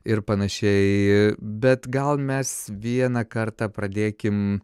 ir panašiai bet gal mes vieną kartą pradėkim